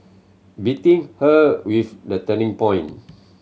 beating her with the turning point